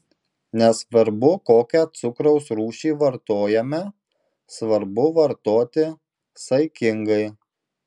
nesvarbu kokią cukraus rūšį vartojame svarbu vartoti saikingai